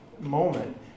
moment